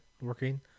working